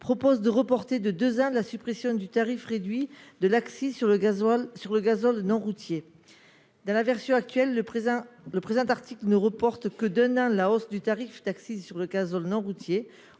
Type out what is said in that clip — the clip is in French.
propose de reporter de deux ans la suppression du tarif réduit de l'accise sur le gazole non routier. Dans la version actuelle, le présent article ne reporte que d'un an la hausse du tarif d'accise sur le gazole non routier.